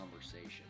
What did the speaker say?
conversation